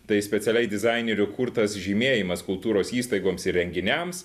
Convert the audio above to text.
tai specialiai dizainerių kurtas žymėjimas kultūros įstaigoms ir renginiams